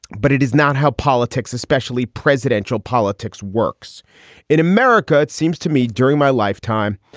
but it is not how politics, especially presidential politics, works in america, it seems to me, during my lifetime.